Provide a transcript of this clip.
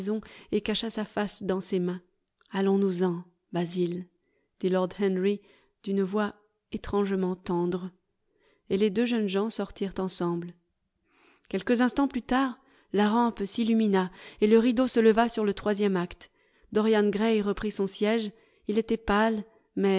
et cacba sa face dans ses mains allons-nous-en basil dit lord henry d'une voix étrangement tendre et les deux jeunes gens sortirent ensemble quelques instants plus tard la rampe s'illumina et le rideau se leva sur le troisième acte dorian gray reprit son siège il était pâle